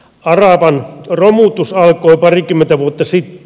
aravan romutus alkoi parikymmentä vuotta sitten